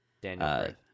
Daniel